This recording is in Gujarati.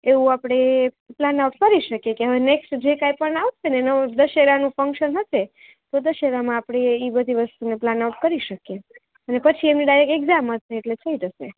એવું આપણે પ્લાન આઉટ કરી શકીએ નેક્સ્ટ જે કંઈ પણ આવશે તો દશેરાનું ફંક્શન હશે તો દશેરામાં આપણે એ બધી વસ્તુને પ્લાન આઉટ કરી શકીએ ને પછી એમને ડાયરેક્ટ એક્જામ હશે એટલે થઈ જશે